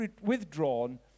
withdrawn